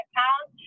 pounds